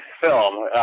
film